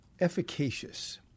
efficacious